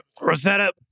Rosetta